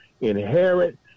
inherit